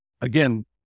again